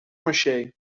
maché